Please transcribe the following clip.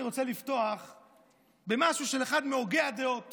אני רוצה לפתוח במשהו של אחד מהוגי הדעות